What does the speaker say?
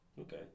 Okay